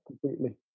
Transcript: completely